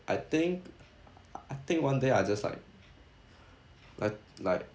I think I think one day I just like like like